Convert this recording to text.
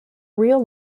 real